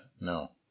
no